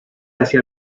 hacia